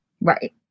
Right